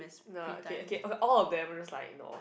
no okay okay all of them I'm just like no